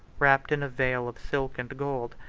wrapped in a veil of silk and gold,